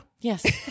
Yes